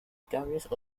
cables